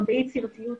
הרבה יצירתיות,